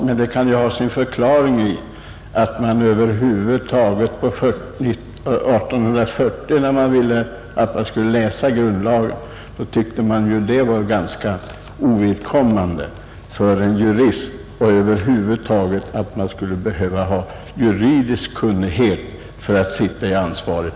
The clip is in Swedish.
Men 1840 när det alltså krävdes att läsa grundlagen tyckte man att det var ganska ovidkommande för dem som satt på ansvariga poster att